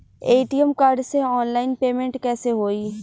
ATM card से online payment कैसे होई?